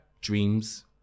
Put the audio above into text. dreams